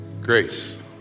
Grace